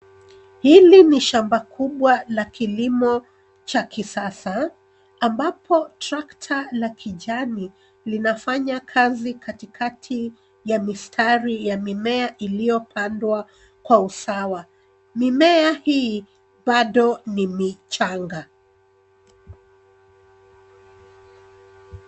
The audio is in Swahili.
Hili ni shamba kubwa la kilimo cha kisasa ambapo tractor la kijani linafanya kazi katikati ya mistari ya mimea iliyopandwa kwa usawa. Mimea hii baado ni michanga.